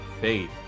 faith